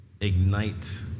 ignite